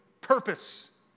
purpose